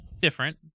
Different